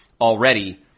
already